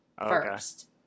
first